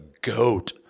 goat